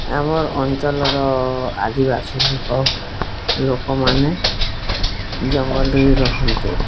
ଆମର୍ ଅଞ୍ଚଳର ଆଦିବାସୀ ଲୋକ ଲୋକମାନେ ଜଙ୍ଗଲରେ ରହନ୍ତି